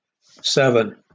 Seven